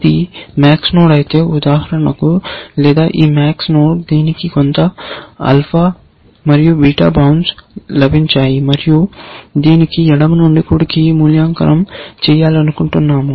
ఇది MAX node అయితే ఉదాహరణకు లేదా ఈ MAX నోడ్ దీనికి కొంత ఆల్ఫా మరియు బీటా బౌన్స్ లభించాయి మరియు దీనికి ఎడమ నుండి కుడికి మూల్యాంకనం చేయాలనుకుంటున్నాము